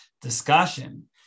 discussion